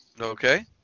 Okay